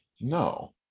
No